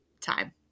time